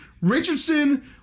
Richardson